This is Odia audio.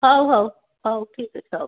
ହଉ ହଉ ହଉ ଠିକ୍ ଅଛି ହଉ